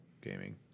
gaming